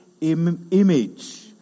image